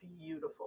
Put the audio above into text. beautiful